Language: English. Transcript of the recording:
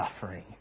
suffering